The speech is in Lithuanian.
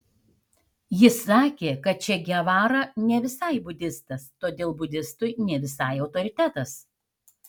jis sakė kad če gevara ne visai budistas todėl budistui ne visai autoritetas